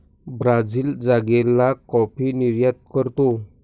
Brazil जागेला coffee निर्यात करतो